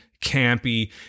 campy